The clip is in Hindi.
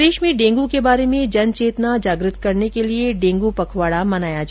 प्रदेश में डेंगू के बारे में जनचेतना जागृत करने के लिए डेंगू पखवाडा मनाया जा रहा है